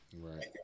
Right